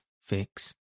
Fix